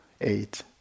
eight